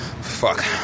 Fuck